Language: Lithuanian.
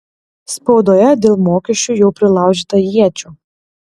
spaudoje dėl mokesčių jau prilaužyta iečių